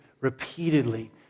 repeatedly